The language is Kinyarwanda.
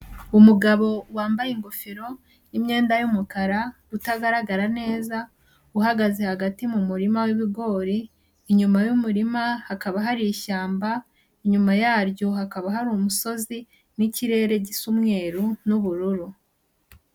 Umugabo wambaye ingofero n'imyenda y'umukara utagaragara neza, uhagaze hagati mu murima w'ibigori, inyuma y'umurima hakaba hari ishyamba, inyuma yaryo hakaba hari umusozi n'ikirere gisa umweru n'ubururu.